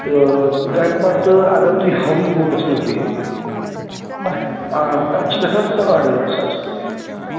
تہٕ تَمہِ پَتہٕ اَگر تُہۍ ہاوُس بوٹَس منٛز بِہو تَتھ آ تتھ چھِ گژھان ساڑ ٲٹھ ساس رۄپیہِ